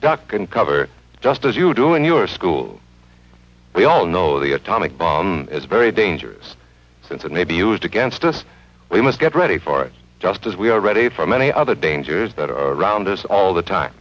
duck and cover just as you do in your school we all know the atomic bomb is very dangerous since it may be used against us we must get ready for it just as we are ready for many other dangers that are around us all the time